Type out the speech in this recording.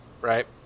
right